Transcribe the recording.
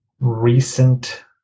recent